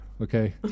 okay